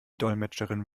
dolmetscherin